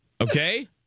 Okay